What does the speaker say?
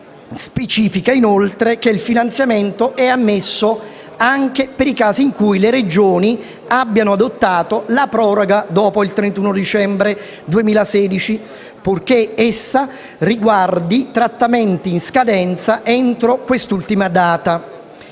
specifica inoltre che il finanziamento è ammesso anche per i casi in cui le Regioni abbiano adottato la proroga dopo il 31 dicembre 2016, purché essa riguardi trattamenti in scadenza entro quest'ultima data.